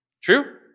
True